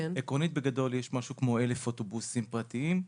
עקרונית בגדול יש משהו כמו 1,000 אוטובוסים פרטיים,